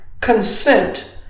consent